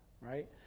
right